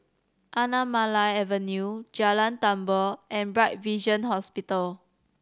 Anamalai Avenue Jalan Tambur and Bright Vision Hospital